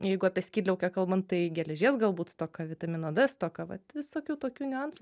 jeigu apie skydliaukę kalbant tai geležies galbūt stoka vitamino d stoka vat visokių tokių niuansų